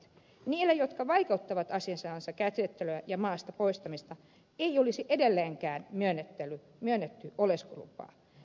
niille jotka vaikeuttavat asiansa käsittelyä ja maasta poistamista ei olisi edelleenkään myönnetty oleskelulupaa